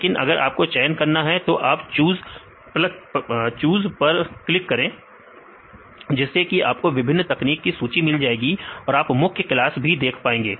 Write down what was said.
लेकिन अगर आपको चयन करना है तो आप चूज पर क्लिक करें जिससे कि आपको विभिन्न तकनीक की सूची मिल जाएगी और आप मुख्य क्लास भी देख पाएंगे